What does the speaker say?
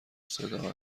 صدا